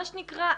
מה שנקרא,